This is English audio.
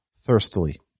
thirstily